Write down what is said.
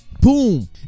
boom